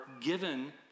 given